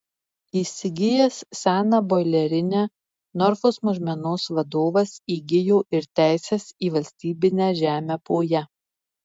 įsigijęs seną boilerinę norfos mažmenos vadovas įgijo ir teises į valstybinę žemę po ja